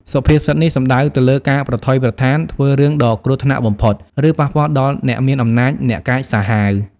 សុភាសិតនេះសំដៅទៅលើការប្រថុយប្រថានធ្វើរឿងដ៏គ្រោះថ្នាក់បំផុត ឬប៉ះពាល់ដល់អ្នកមានអំណាច អ្នកកាចសាហាវ។